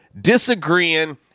disagreeing